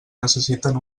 necessiten